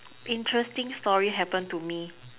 interesting story happen to me